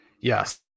Yes